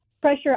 pressure